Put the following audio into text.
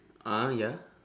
a'ah ya